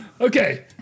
Okay